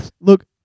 Look